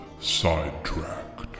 sidetracked